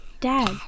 Dad